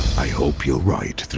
i hope you are right,